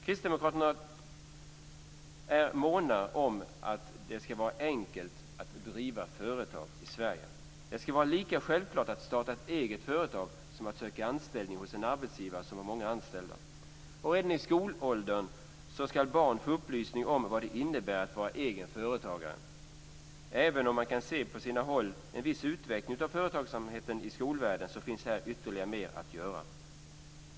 Kristdemokraterna är måna om att det ska vara enkelt att driva företag i Sverige. Det ska vara lika självklart att starta ett eget företag som att söka anställning hos en arbetsgivare som har många anställda. Redan i skolåldern ska barn få upplysning om vad det innebär att vara egen företagare. Även om man på sina håll kan se en viss utveckling av företagsamhet i skolvärlden finns här mycket mer att göra.